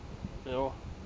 you know